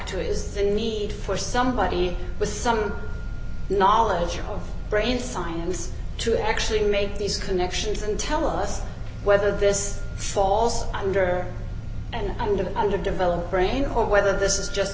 to is the need for somebody with some knowledge of brain scientists to actually make these connections and tell us whether this falls under and under developed brain or whether this is just